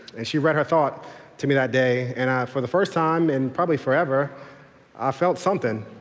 and she read her thought to me that day and for the first time in probably forever i felt something.